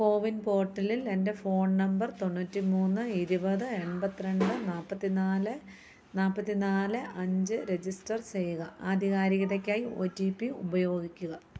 കോവിൻ പോർട്ടലിൽ എന്റെ phone number തൊണ്ണൂറ്റി മൂന്ന് ഇരുപത് എൺപത്തി രണ്ട് നാൽപ്പത്തി നാല് നാൽപ്പത്തി നാല് അഞ്ച് രജിസ്റ്റർ ചെയ്യുക ആധികാരികതയ്ക്കായി ഓ റ്റീ പ്പി ഉപയോഗിക്കുക